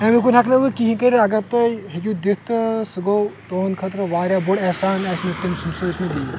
اَمہِ اپور ہٮ۪کہٕ نہٕ بہٕ کِہیٖنٛۍ کٔرِتھ اَگر تُہۍ ہیٚکِو دِتھ تہٕ سُہ گوٚو تُہٕنٛدِ خٲطرٕ واریاہ بوٚڈ احسان اَسہِ تٔمۍ سُنٛد یُس مےٚ دِیہِ